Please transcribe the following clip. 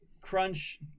crunch